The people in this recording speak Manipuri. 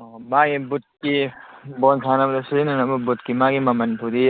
ꯑꯣ ꯃꯥꯏ ꯕꯨꯠꯀꯤ ꯕꯣꯟ ꯁꯥꯟꯅꯕꯗ ꯁꯤꯖꯤꯟꯅꯅꯕ ꯕꯨꯠꯀꯤ ꯃꯥꯒꯤ ꯃꯃꯟ ꯐꯥꯎꯗꯤ